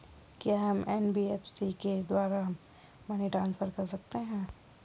क्या हम एन.बी.एफ.सी के द्वारा मनी ट्रांसफर कर सकते हैं?